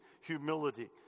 humility